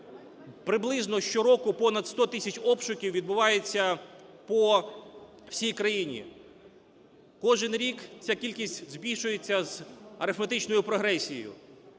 Приблизно щороку понад 100 тисяч обшуків відбувається по всій країні. Кожен рік ця кількість збільшується з арифметичною прогресією.